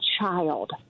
child